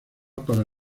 para